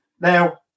Now